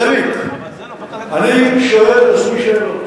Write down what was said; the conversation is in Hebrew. זאביק, אני שואל את עצמי שאלות